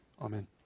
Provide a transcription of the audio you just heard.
Amen